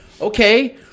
Okay